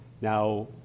Now